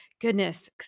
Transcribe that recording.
goodness